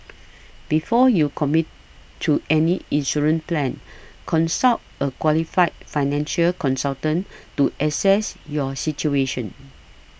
before you commit to any insurance plan consult a qualified financial consultant to assess your situation